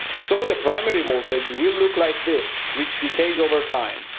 so the primary voltage will look like this, which decays over time.